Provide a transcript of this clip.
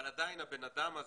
שרה, שנייה.